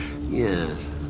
Yes